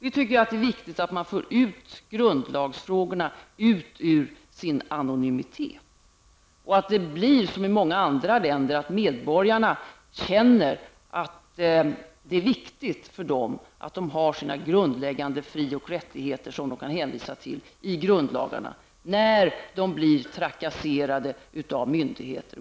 Vi tycker att det är viktigt att man för ut grundlagsfrågorna ur sin anonymitet och att det blir som i många andra länder, där medborgarna känner att det är viktigt att man har sina grundläggande fri och rättigheter att hålla sig till i grundlagarna när man blir trakasserad av myndigheter.